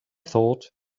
thought